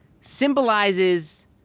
symbolizes